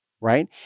Right